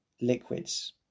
liquids